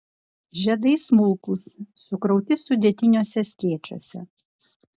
žiedai smulkūs sukrauti sudėtiniuose skėčiuose